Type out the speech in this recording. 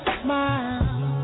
smile